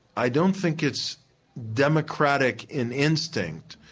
i don't think it's democratic in instinct,